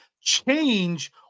change